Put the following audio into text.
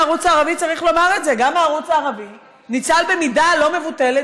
וצריך לומר את זה: גם הערוץ הערבי ניצל במידה לא מבוטלת,